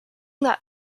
that